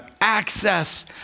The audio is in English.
access